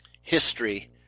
history